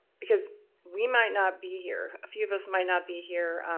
because we might not be here, a few of us might not be here.